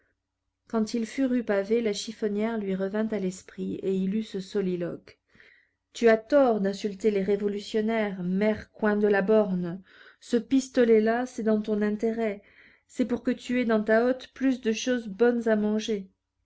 quand il fut rue pavée la chiffonnière lui revint à l'esprit et il eut ce soliloque tu as tort d'insulter les révolutionnaires mère coin de la borne ce pistolet là c'est dans ton intérêt c'est pour que tu aies dans ta hotte plus de choses bonnes à manger